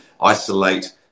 isolate